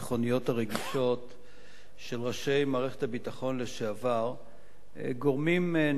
הרגישות של ראשי מערכת הביטחון לשעבר גורמות נזק